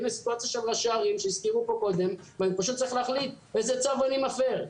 הנה סיטואציה שהזכירו פה קודם ואני פשוט צריך להחליט איזה צו אני מפר?